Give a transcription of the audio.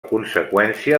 conseqüència